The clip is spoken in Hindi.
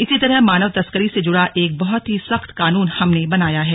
इसी तरह मानव तस्करी से जुड़ा एक बहुत ही सख्त कानून हमने बनाया हैं